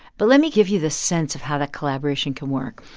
but let me give you the sense of how that collaboration can work.